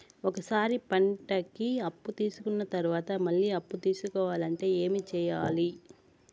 ఒక సారి పంటకి అప్పు తీసుకున్న తర్వాత మళ్ళీ అప్పు తీసుకోవాలంటే ఏమి చేయాలి?